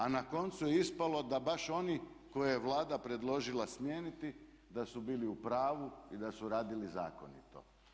A na koncu je ispalo da baš oni koje je Vlada predložila smijeniti da su bili u pravu i da su radili zakonito.